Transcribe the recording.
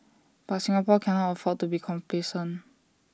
but Singapore can't afford to be complacent